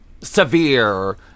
severe